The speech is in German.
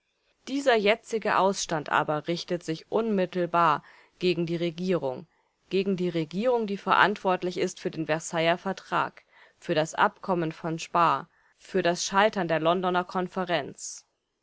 dieser jetzige ausstand aber richtet sich unmittelbar gegen die regierung gegen die regierung die verantwortlich ist für den versailler vertrag für das abkommen von spaa für das scheitern der londoner konferenz